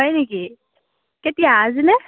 হয় নেকি কেতিয়া আজিনে